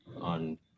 on